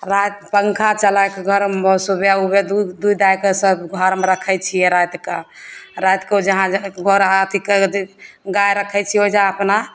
गायके पङ्खा चलाके गरममे सुबह उबह दूध दूहि दाहिके सब घरमे रखय छियै रातिके रातिके ओ जहाँ गोरहा अथीके गाय रखय छियै ओइजाँ अपना